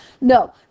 No